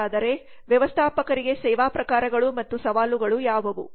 ಹಾಗಾದರೆ ವ್ಯವಸ್ಥಾಪಕರಿಗೆ ಸೇವಾ ಪ್ರಕಾರಗಳು ಮತ್ತು ಸವಾಲುಗಳು ಯಾವುವು